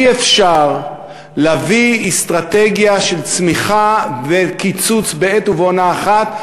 אי-אפשר להביא אסטרטגיה של צמיחה וקיצוץ בעת ובעונה אחת,